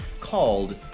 called